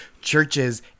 Churches